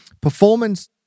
performance